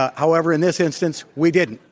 however, in this instance, we didn't.